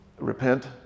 repent